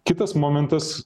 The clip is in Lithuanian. kitas momentas